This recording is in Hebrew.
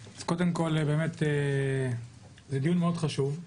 אז קודם כל, זה באמת דיון מאוד חשוב,